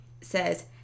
says